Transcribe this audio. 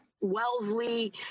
Wellesley